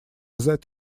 that